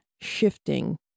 shifting